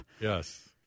Yes